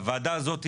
הוועדה הזאת,